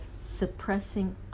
suppressing